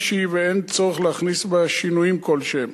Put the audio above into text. שהיא ואין צורך להכניס בה שינויים כלשהם.